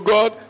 God